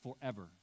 forever